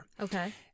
Okay